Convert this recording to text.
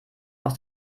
aus